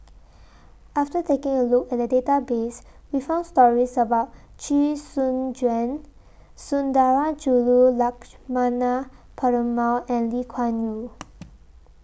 after taking A Look At The Database We found stories about Chee Soon Juan Sundarajulu Lakshmana Perumal and Lee Kuan Yew